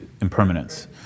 impermanence